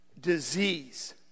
disease